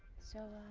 so,